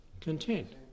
content